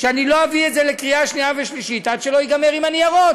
שאני לא אביא את זה לקריאה שנייה ושלישית עד שלא יגמרו עם הניירות.